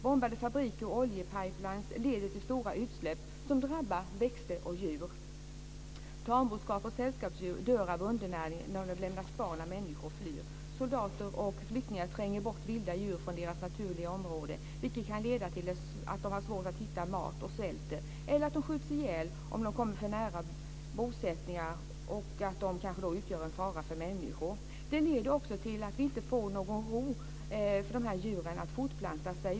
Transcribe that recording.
Bombning av fabriker och oljepipeliner leder till stora utsläpp som drabbar växter och djur. Tamboskap och sällskapsdjur dör av undernäring när de lämnas kvar när människor flyr. Soldater och flyktingar tränger bort vilda djur från deras naturliga områden, vilket kan leda till att de har svårt att hitta mat och därför svälter. Det kan också leda till att de skjuts ihjäl om de kommer för nära bosättningar och kanske då utgör en fara för människor. Det leder till att djuren inte får någon ro att fortplanta sig.